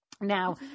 Now